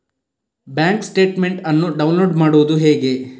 Bank statement ಅನ್ನು download ಮಾಡುವುದು ಹೇಗೆ?